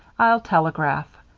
i'll telegraph.